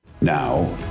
now